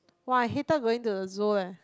!woah! I hated going to the Zoo leh